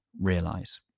realize